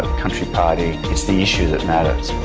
country party it's the issue that matters.